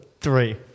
Three